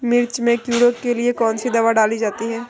मिर्च में कीड़ों के लिए कौनसी दावा डाली जाती है?